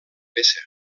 peça